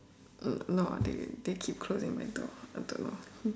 no ah they they keep closing my door of the door